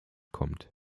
kommt